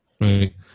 Right